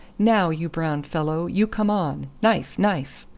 now, you brown fellow, you come on. knife, knife!